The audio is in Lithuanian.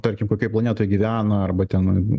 tarkim kokioj planetoj gyvena arba ten